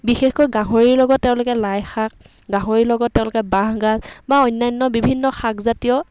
বিশেষকৈ গাহৰিৰ লগত তেওঁলোকে লাই শাক গাহৰিৰ লগত তেওঁলোকে বাঁহগাজ বা অন্যান্য বিভিন্ন শাক জাতীয়